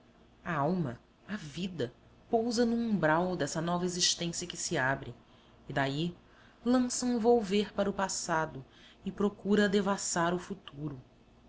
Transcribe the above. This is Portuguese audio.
alma a vida pousa no umbral dessa nova existência que se abre e daí lança um volver para o passado e procura devassar o futuro